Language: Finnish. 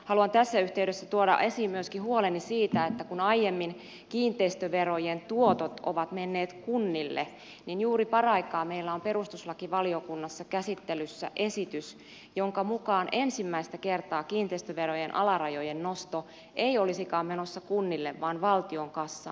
haluan tässä yhteydessä tuoda esiin myöskin huoleni siitä että kun aiemmin kiinteistöverojen tuotot ovat menneet kunnille niin juuri paraikaa meillä on perustuslakivaliokunnassa käsittelyssä esitys jonka mukaan ensimmäistä kertaa kiinteistöverojen alarajojen nosto ei olisikaan menossa kunnille vaan valtion kassaan